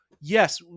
yes